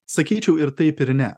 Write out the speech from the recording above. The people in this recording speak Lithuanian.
sakyčiau ir taip ir ne